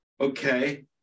okay